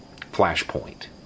flashpoint